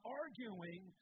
arguing